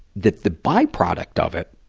that the byproduct of it,